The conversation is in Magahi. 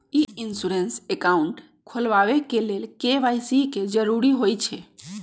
ई इंश्योरेंस अकाउंट खोलबाबे के लेल के.वाई.सी के जरूरी होइ छै